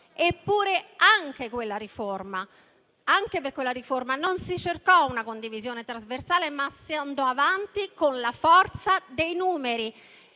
Eppure, anche per quella riforma non si cercò una condivisione trasversale, ma si andò avanti con la forza dei numeri.